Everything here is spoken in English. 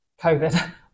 COVID